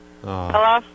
Hello